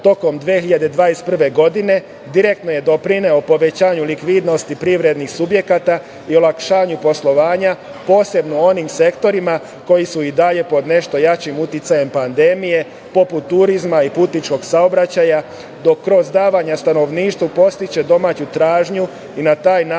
tokom 2021. godine direktno je doprineo povećanju likvidnosti privrednih subjekata i olakšanju poslovanja, posebno u onim sektorima koji su i dalje pod nešto jačim uticajem pandemije, poput turizma i putničkog saobraćaja, kroz davanja stanovništvu podstiče domaću tražnju i na taj način